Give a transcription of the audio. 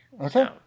Okay